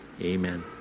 amen